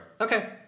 okay